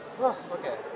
okay